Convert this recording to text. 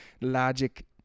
logic